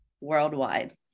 worldwide